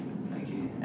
okay